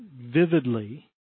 vividly